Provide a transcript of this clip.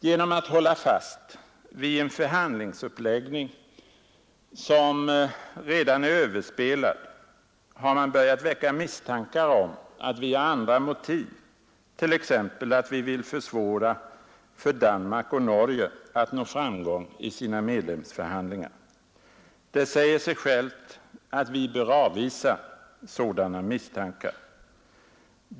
Genom att hålla fast vid en förhandlingsuppläggning som redan är överspelad har man börjat väcka misstankar om att vi har andra motiv, t.ex. att vi vill försvåra för Danmark och Norge att nå framgång i sina medlemsförhandlingar. Det säger sig självt att vi bör avvisa sådana misstankar.